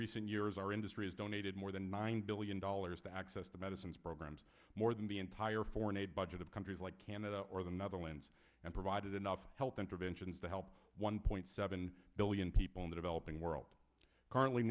recent years our industry has donated more than mine billion dollars to access to medicines programs more than the entire foreign aid budget of countries like canada or the netherlands and provided enough health interventions to help one point seven billion people in the developing world currently